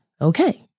Okay